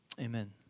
amen